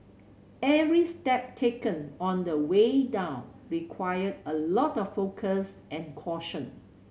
every step taken on the way down required a lot of focus and caution